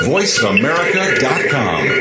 VoiceAmerica.com